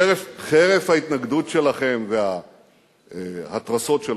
חרף ההתנגדות שלכם וההתרסות שלכם,